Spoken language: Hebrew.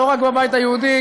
לא רק בבית היהודי,